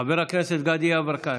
חבר הכנסת גדי יברקן,